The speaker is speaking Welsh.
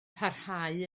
parhau